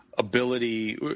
Ability